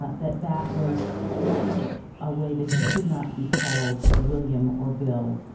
ah that that was strategic, a way that he could not be called william or bill,